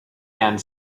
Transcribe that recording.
and